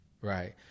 right